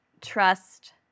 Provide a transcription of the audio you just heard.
trust